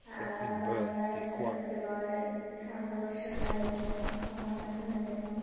ബാല്യകാലത്ത് ഒരുപാടു സന്തോഷമുണ്ടായിരുന്നു സമാധാനമുണ്ടായിരുന്നു